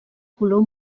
color